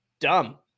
dumb